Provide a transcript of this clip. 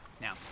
Now